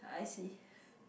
I see